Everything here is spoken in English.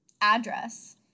address